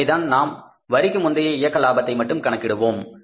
எனவேதான் நாம் வரிக்கு முந்தைய இயக்க லாபத்தை மட்டும் கணக்கிடுவோம்